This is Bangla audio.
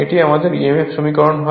এটি আমাদের emf সমীকরণ হয়